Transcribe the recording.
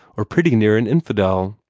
or pretty near an infidel.